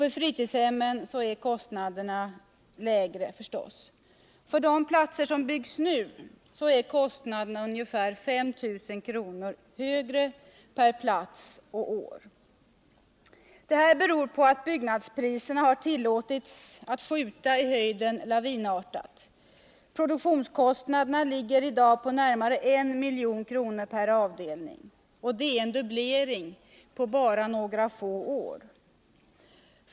För fritidshemmen är kostnaderna givetvis lägre. För de platser som byggs nu är kostnaden ungefär 5000 kr. högre per plats och år. Detta beror på att byggnadspriserna har tillåtits att våldsamt skjuta i höjden. Produktionskostnaderna ligger i dag på närmare 1 milj.kr. per avdelning. Det innebär en dubblering på bara några få år.